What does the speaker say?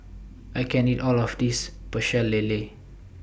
I can't eat All of This Pecel Lele